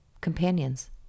companions